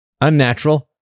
unnatural